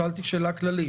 שאלתי שאלה כללית.